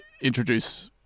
introduce